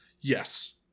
Yes